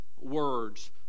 words